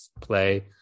play